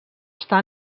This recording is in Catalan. està